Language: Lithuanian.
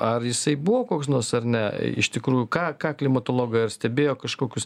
ar jisai buvo koks nors ar ne iš tikrųjų ką ką klimatologai ar stebėjo kažkokius